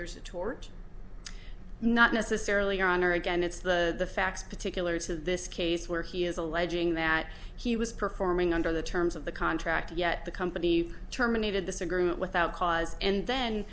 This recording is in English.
there's a tort not necessarily your honor again it's the facts particulars of this case where he is alleging that he was performing under the terms of the contract yet the company terminated this agreement without cause and then